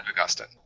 Augustine